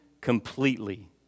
completely